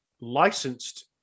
licensed